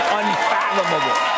unfathomable